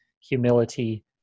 humility